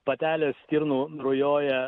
patelės stirnų rujoja